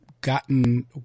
gotten